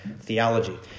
theology